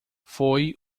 foi